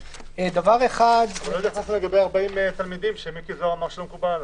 לא התייחסת לגבי 40 תלמידים שמיקי זוהר אמר שלא מקובל עליו.